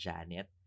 Janet